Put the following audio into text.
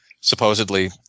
supposedly